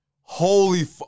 Holy